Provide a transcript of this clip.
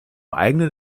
eigenen